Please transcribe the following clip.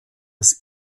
das